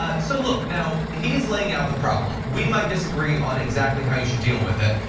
ah so look, now, he's laying out the problem. we might disagree on exactly how you should deal with it.